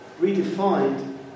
redefined